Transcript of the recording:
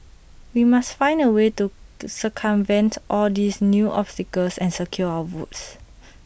we must find A way to the circumvent all these new obstacles and secure our votes